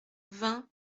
vingt